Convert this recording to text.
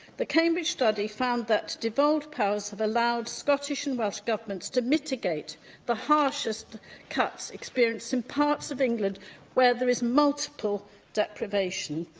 the cambridge study found that devolved powers have allowed scottish and welsh governments to mitigate the harshest cuts experienced in parts of england where there is multiple deprivation.